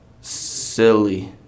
Silly